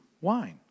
wine